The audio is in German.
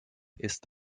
ist